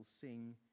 sing